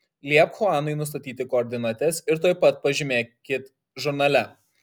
liepk chuanui nustatyti koordinates ir tuoj pat pažymėkit žurnale